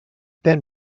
then